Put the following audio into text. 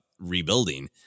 rebuilding